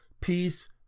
peace